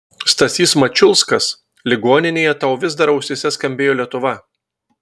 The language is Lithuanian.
stasys mačiulskas ligoninėje tau vis dar ausyse skambėjo lietuva